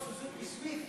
כמו "סוזוקי סוויפט".